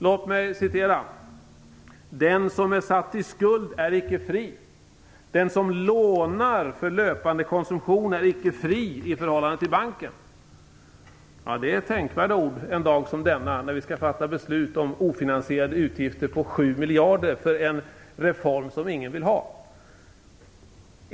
Låt mig citera: "Den som är satt i skuld är icke fri. Den som lånar för löpande konsumtion är icke fri i förhållande till banken." Det är tänkvärda ord en dag som denna, när vi skall fatta beslut om ofinansierade utgifter på 7 miljarder för en reform som ingen vill ha.